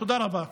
תודה רבה.